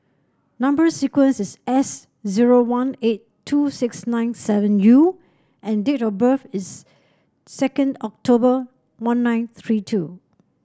number sequence is S zero one eight two six nine seven U and date of birth is second October one nine three two